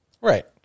Right